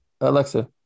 Alexa